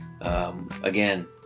again